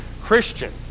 Christian